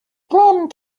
plum